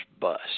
bus